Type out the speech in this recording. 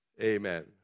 Amen